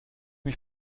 mich